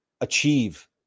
achieve